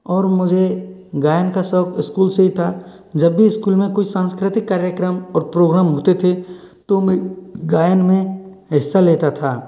और मुझे गायन का शौक स्कूल से ही था जब भी स्कूल में कोई सांस्कृतिक कार्यक्रम और प्रोग्राम होते थे तो मैं गायन में हिस्सा लेता था